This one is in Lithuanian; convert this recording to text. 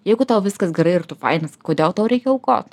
jeigu tau viskas gerai ir tu fainas kodėl tau reikia aukot